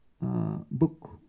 book